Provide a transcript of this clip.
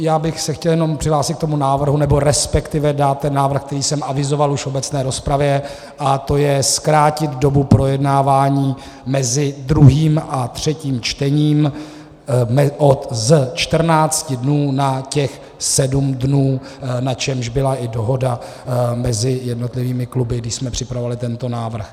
Já bych se chtěl jenom přihlásit k tomu návrhu, nebo respektive dát návrh, který jsem avizoval už v obecné rozpravě, a to je zkrátit dobu projednávání mezi druhým a třetím čtením z 14 dnů na těch 7 dnů, na čemž byla i dohoda mezi jednotlivými kluby, když jsme připravovali tento návrh.